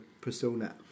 persona